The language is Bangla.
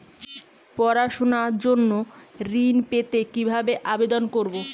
পড়াশুনা জন্য ঋণ পেতে কিভাবে আবেদন করব?